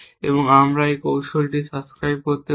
এবং আমরা এখন এই কৌশলটি সাবস্ক্রাইব করতে পারি